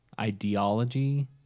ideology